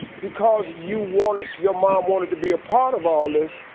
because you wanted, your mom wanted to be a part of all this,